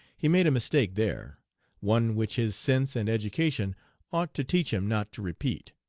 he made a mistake there one which his sense and education ought to teach him not to repeat.